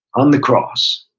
on the cross.